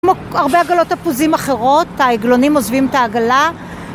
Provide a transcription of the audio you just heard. הרבה עגלות תפוזים אחרות, העגלונים עוזבים את העגלה